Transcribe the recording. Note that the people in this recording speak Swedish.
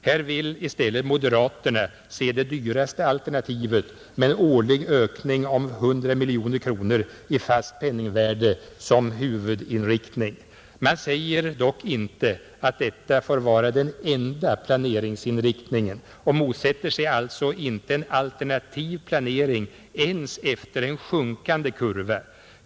Här vill i stället moderaterna se det dyraste alternativet med en årlig ökning om 100 miljoner kronor i fast penningvärde som huvudinriktning. Man säger dock inte att detta får vara den enda planeringsinriktningen och motsätter sig alltså inte en alternativ planering ens efter en sjunkande kurva.